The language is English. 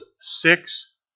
six